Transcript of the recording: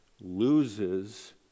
loses